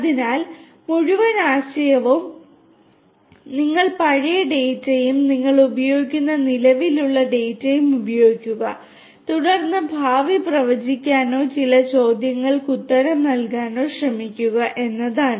അതിനാൽ മുഴുവൻ ആശയവും നിങ്ങൾ പഴയ ഡാറ്റയും നിങ്ങൾ ഉപയോഗിക്കുന്ന നിലവിലുള്ള ഡാറ്റയും ഉപയോഗിക്കുക തുടർന്ന് ഭാവി പ്രവചിക്കാനോ ചില ചോദ്യങ്ങൾക്ക് ഉത്തരം നൽകാനോ ശ്രമിക്കുക എന്നതാണ്